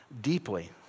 deeply